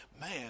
man